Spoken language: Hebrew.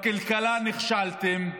בכלכלה נכשלתם,